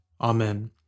Amen